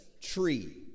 tree